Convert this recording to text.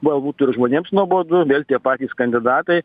galbūt ir žmonėms nuobodu vėl tie patys kandidatai